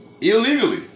illegally